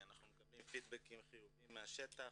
אנחנו מקבלים פידבקים חיוביים מהשטח.